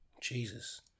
Jesus